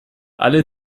alle